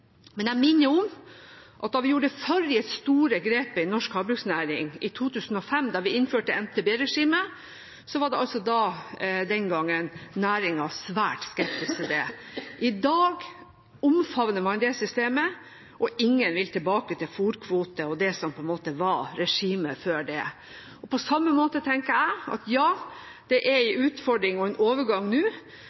Men jeg minner om at da vi gjorde det forrige store grepet i norsk havbruksnæring, i 2005, da vi innførte MTB-regimet, var næringen den gangen svært skeptisk til det. I dag omfavner man det systemet, og ingen vil tilbake til fôrkvoter og det som på en måte var regimet før det. På samme måte tenker jeg at ja, det er en utfordring og en overgang nå,